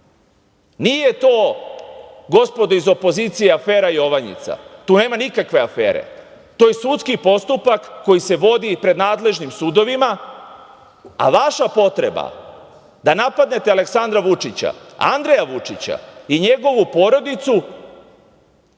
Nije to, gospodo iz opozicije, afera "Jovanjica". Tu nema nikakve afere. To je sudski postupak koji se vodi pred nadležnim sudovima, a vaša je potreba da napadate Aleksandra Vučića, Andreja Vučića i njegovu porodicu